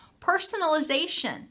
Personalization